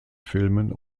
filmen